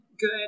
good